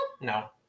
No